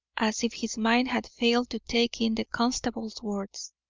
as if his mind had failed to take in the constable's words.